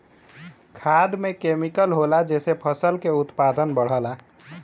खाद में केमिकल होला जेसे फसल के उत्पादन बढ़ला